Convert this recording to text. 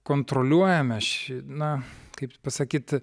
kontroliuojame ši na kaip pasakyt